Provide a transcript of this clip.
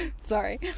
Sorry